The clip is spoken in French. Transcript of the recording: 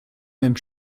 même